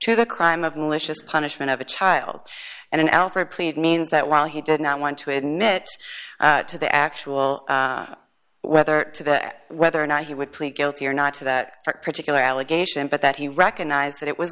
to the crime of malicious punishment of a child and an alford plea means that while he did not want to admit to the actual weather today whether or not he would plead guilty or not to that particular allegation but that he recognized that it was